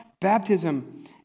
baptism